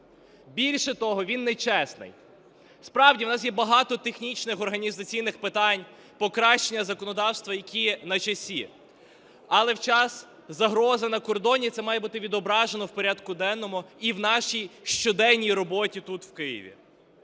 більше того, він нечесний. Справді, у нас є багато технічних, організаційних питань покращення законодавства, які на часі, але в час загрози на кордоні це має бути відображено в порядку денному і в нашій щоденній роботі тут, у Києві.